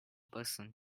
person